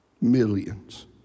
millions